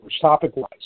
topic-wise